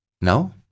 No